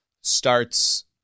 starts